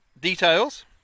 details